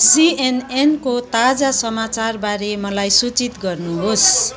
सिएनएनको ताजा समाचारबारे मलाई सूचित गर्नुहोस्